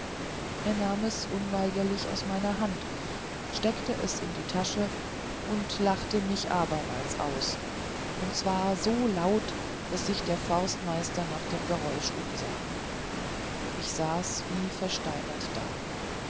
er nahm es unweigerlich aus meiner hand steckte es in die tasche und lachte mich abermals aus und zwar so laut daß sich der forstmeister nach dem geräusch umsah ich saß wie versteinert da